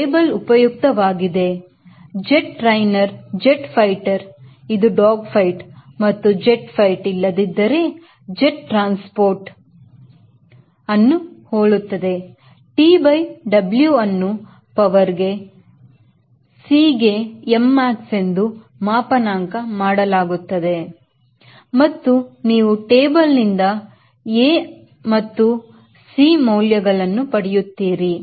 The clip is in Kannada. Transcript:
ಟೇಬಲ್ ಉಪಯುಕ್ತವಾಗಿದೆ ಜೆಟ್ ಟ್ರೈನರ್ ಜೆಟ್ ಫೈಟರ್ ಇದು ಡಾಗ್ ಫೈಟ್ ಮತ್ತು ಜೆಟ್ ಫೈಟ್ ಇಲ್ಲದಿದ್ದರೆ jet transport T by W ಅನ್ನು ಪವರ್ C ಗೆ M max ಎಂದು ಮಾಪನಾಂಕ ಮಾಡಲಾಗುತ್ತದೆ ಮತ್ತು ನೀವು ಟೇಬಲ್ ನಿಂದ a ಮತ್ತು ಸc ಮೌಲ್ಯ ಗಳನ್ನು ಪಡೆಯುತ್ತೀರಿ